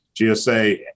GSA